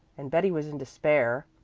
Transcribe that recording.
and betty was in despair.